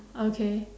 okay